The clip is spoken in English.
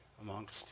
amongst